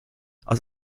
aus